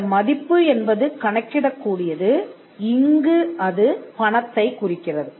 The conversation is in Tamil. அந்த மதிப்பு என்பது கணக்கிடக் கூடியது இங்கு அது பணத்தைக் குறிக்கிறது